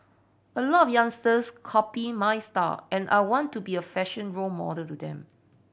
a lot of youngsters copy my style and I want to be a fashion role model to them